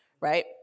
right